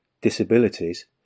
disabilities